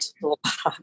toolbox